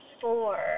four